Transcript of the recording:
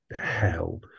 hell